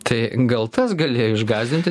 tai gal tas galėjo išgąsdinti